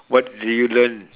what did you learn